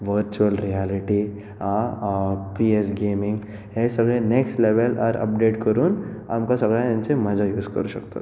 virtual reality and P S gaming हे सगळें next लेवलार अपडॅट करून आमकां सगळ्यांक हेजी मजा युंज करूं शकतात